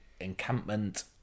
encampment